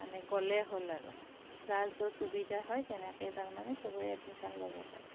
মানে গ'লে হ'ল আৰু যাৰ য'ত সুবিধা হয় তেনেকেই তাৰমানে চবেই এডমিশ্যন ল'ব পাৰে